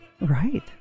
Right